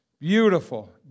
Beautiful